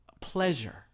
pleasure